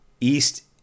east